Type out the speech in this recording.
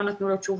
לא נתנו לו תשובה.